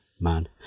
man